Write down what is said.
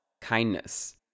kindness